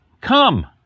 come